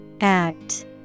Act